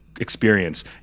experience